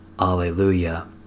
Alleluia